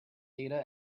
data